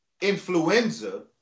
influenza